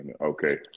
okay